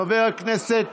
חבר הכנסת